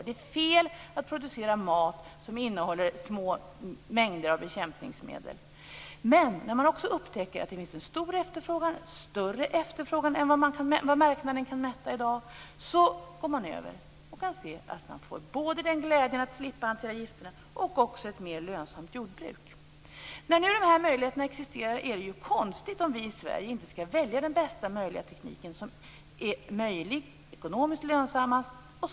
Det är fel att producera mat som innehåller små mängder av bekämpningsmedel. Men när man också upptäcker att det finns en stor efterfrågan, större än vad marknaden kan mätta i dag, går man över till detta. När nu de här möjligheterna existerar, är det ju konstigt om vi i Sverige inte skall välja den bästa möjliga tekniken. Den är möjlig. Den är ekonomiskt lönsammast.